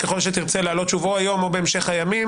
ככל שתרצה להעלות תשובות, או היום